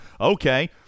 okay